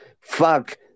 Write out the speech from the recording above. fuck